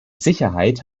sicherheit